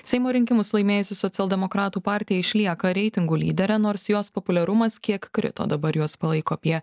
seimo rinkimus laimėjusi socialdemokratų partija išlieka reitingų lydere nors jos populiarumas kiek krito dabar juos palaiko apie